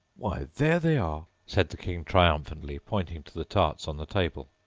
why, there they are said the king triumphantly, pointing to the tarts on the table.